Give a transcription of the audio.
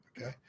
Okay